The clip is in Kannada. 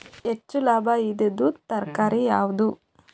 ಹೆಚ್ಚು ಲಾಭಾಯಿದುದು ತರಕಾರಿ ಯಾವಾದು?